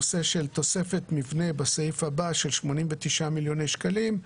נושא של תוספת מבנה של 89 מיליוני שקלים,